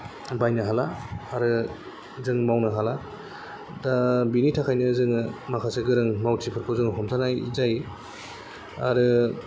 बायनो हाला आरो जों मावनो हाला दा बेनि थाखायनो जोङो माखासे गोरों मावथिफोरखौ जोङो हमथानाय जायो आरो